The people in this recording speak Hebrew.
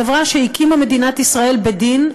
חברה שהקימה מדינת ישראל בדין,